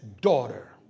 daughter